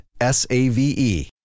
S-A-V-E